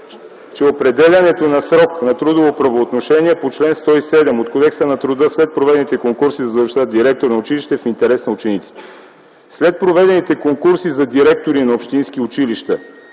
че определянето на срок на трудово правоотношение по чл. 107 от Кодекса на труда след проведените конкурси за длъжността директор на училище е в интерес на учениците. След проведените конкурси за директори на общински училища